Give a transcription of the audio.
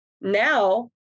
Now